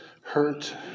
hurt